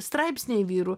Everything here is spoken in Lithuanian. straipsniai vyrų